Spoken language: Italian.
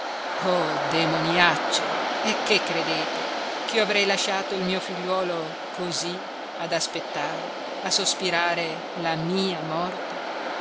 o demoniaccio e che credete ch'io avrei lasciato il mio figliuolo così ad aspettare a sospirare la mia morte